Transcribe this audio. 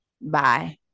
bye